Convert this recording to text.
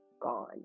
gone